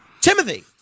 Timothy